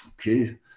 Okay